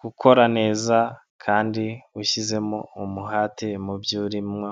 Gukora neza kandi ushyizemo umuhate mu byo urimo,